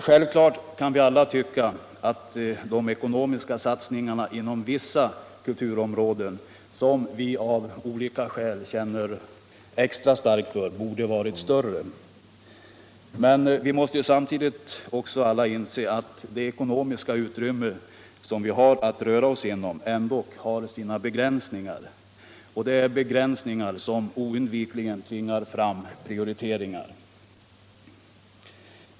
Naturligtvis kan vi alla tycka att de ekonomiska satsningarna inom vissa kulturområden, som vi av olika skäl känner extra starkt för, borde varit större. Men vi måste samtidigt inse att det ekonomiska utrymmet har sina begränsningar — begränsningar som oundvikligen tvingar fram prioriteringar.